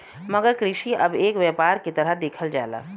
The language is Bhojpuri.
मगर कृषि अब एक व्यापार के तरह देखल जाला